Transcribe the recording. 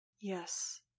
Yes